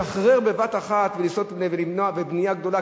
לשחרר בבת-אחת ולמנוע בבנייה גדולה,